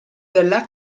della